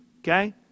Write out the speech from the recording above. Okay